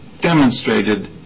demonstrated